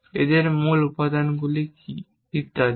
এর মূল উপাদানগুলি কী ইত্যাদি